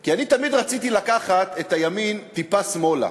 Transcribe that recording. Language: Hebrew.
כי אני תמיד רציתי לקחת את הימין טיפה שמאלה,